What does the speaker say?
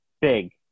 big